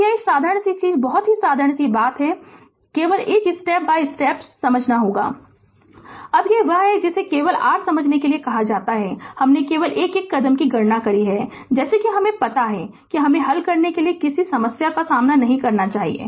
तो यह साधारण सी बात बहुत ही साधारण सी बात को केवल स्टेप बाय स्टेप समझ लेना है अब यह वह है जिसे केवल r समझने के लिए कहा जाता है कि हमने केवल एक एक कदम की गणना की है जैसे कि हमे पता नहीं है कि हमे हल करने के लिए किसी समस्या का सामना नहीं करना चाहिए